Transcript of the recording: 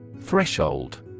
Threshold